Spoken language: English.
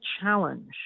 challenge